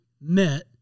met